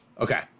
Okay